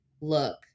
look